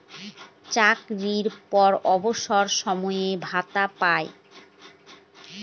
চাকরির পর অবসর সময়ে ভাতা পায়